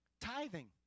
tithing